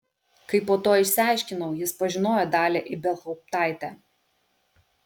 kaip po to išsiaiškinau jis pažinojo dalią ibelhauptaitę